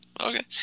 Okay